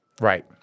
Right